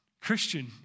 Christian